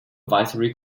advisory